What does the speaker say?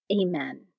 Amen